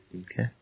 Okay